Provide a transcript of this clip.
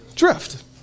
drift